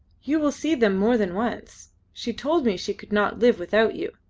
you will see them more than once. she told me she could not live without you,